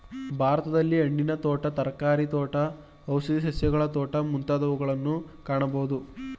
ಭಾರತದಲ್ಲಿ ಹಣ್ಣಿನ ತೋಟ, ತರಕಾರಿ ತೋಟ, ಔಷಧಿ ಸಸ್ಯಗಳ ತೋಟ ಮುಂತಾದವುಗಳನ್ನು ಕಾಣಬೋದು